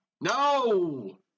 No